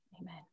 Amen